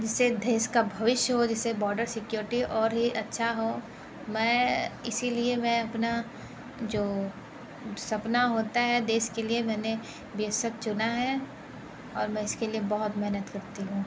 जिसे से देश का भविष्य हो जिस बॉर्डर सिक्योरिटी और ही अच्छा हो मैं इसीलिए मैं अपना जो सपना होता है देश के लिए मैंने बी एस एफ चुना है और मैं इसके लिए बहुत मेहनत करती हूँ